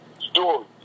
story